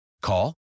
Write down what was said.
Call